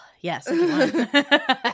Yes